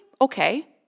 okay